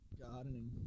Gardening